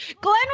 Glenn